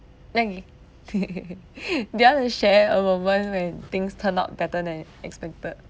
do you want to share a moment when things turned out better than expected